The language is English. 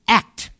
act